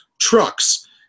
Trucks